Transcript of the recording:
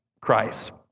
Christ